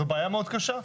זו בעיה מאוד קשה.